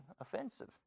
offensive